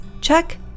Check